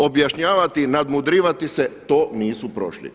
Objašnjavati, nadmudrivati se to nisu prošli.